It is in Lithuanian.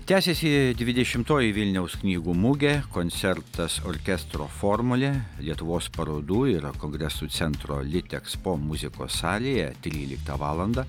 tęsiasi dvidešimtoji vilniaus knygų mugė koncertas orkestro formulė lietuvos parodų ir kongresų centro litekspo muzikos salėje tryliktą valandą